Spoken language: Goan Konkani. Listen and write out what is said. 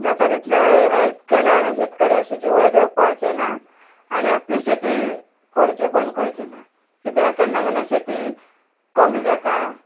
जाता तितले हॅल्प केलें जाल्यार शेतकरी अशें जिवय दिवंक पावचे ना आनी आपली शेतीय करुचे बंद करचें ना कित्याक केन्ना केन्ना शेती कमी जाता